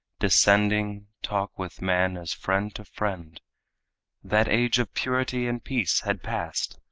descending, talk with man as friend to friend that age of purity and peace had passed,